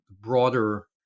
broader